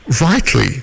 rightly